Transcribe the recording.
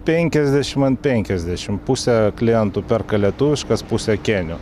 penkiasdešim ant penkiasdešim pusę klientų perka lietuviškas pusę kėnių